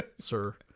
sir